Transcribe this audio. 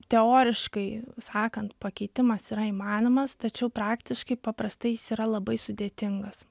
teoriškai sakant pakeitimas yra įmanomas tačiau praktiškai paprastai jis yra labai sudėtingas